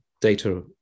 data